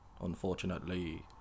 unfortunately